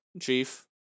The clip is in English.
Chief